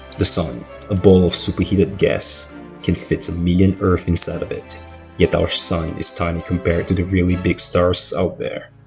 the sun a ball of super-heated gas can fit a million earths inside of it yet our sun is tiny compared to the really big stars out there